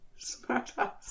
Smartass